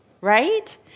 right